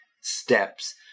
steps